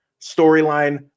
storyline